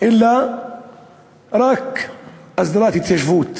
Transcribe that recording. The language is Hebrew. אלא רק הסדרת התיישבות.